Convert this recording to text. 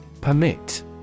Permit